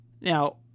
Now